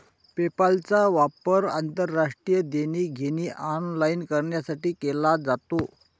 पेपालचा वापर आंतरराष्ट्रीय देणी घेणी ऑनलाइन करण्यासाठी केला जातो